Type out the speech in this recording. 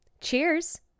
Cheers